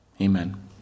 Amen